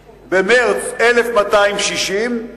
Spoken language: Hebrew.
במרס, 1,260,